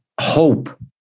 hope